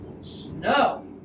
snow